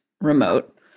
remote